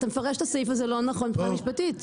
אתה מפרש את הסעיף הזה לא נכון מבחינה משפטית.